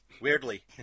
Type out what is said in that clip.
Weirdly